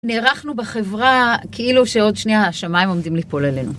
נערכנו בחברה כאילו שעוד שנייה השמיים עומדים ליפול אלינו.